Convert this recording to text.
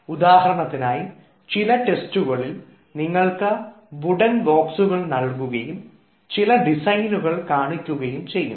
ഉദാഹരണത്തിനായി ചില ടെസ്റ്റുകളിൽ നിങ്ങൾക്ക് വുഡൻ ബോക്സുകൾ നൽകുകയും ചില ഡിസൈനുകൾ കാണിക്കുകയും ചെയ്യും